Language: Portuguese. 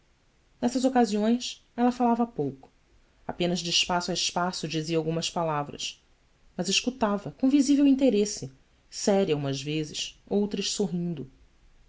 nessas ocasiões ela falava pouco apenas de espaço a espaço dizia algumas palavras mas escutava com visível interesse séria umas vezes outras sorrindo